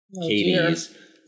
Katie's